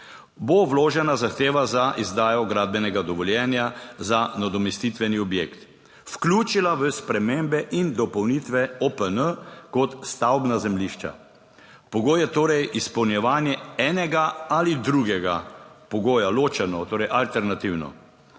bo vložena zahteva za izdajo gradbenega dovoljenja za nadomestitveni objekt vključila v spremembe in dopolnitve OPN kot stavbna zemljišča. Pogoj je torej izpolnjevanje enega ali drugega pogoja ločeno torej alternativno.